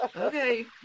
okay